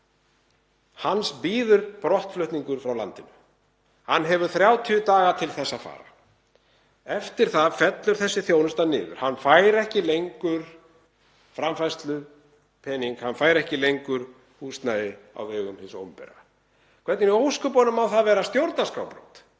Hans bíður brottflutningur frá landinu og hefur 30 daga til að fara. Eftir það fellur þessi þjónusta niður. Hann fær ekki lengur framfærslupening og ekki húsnæði á vegum hins opinbera. Hvernig í ósköpunum má það vera stjórnarskrárbrot?